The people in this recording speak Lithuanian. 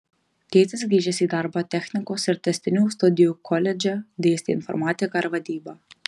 tėtis grįžęs į darbą technikos ir tęstinių studijų koledže dėstė informatiką ir vadybą